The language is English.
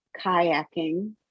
kayaking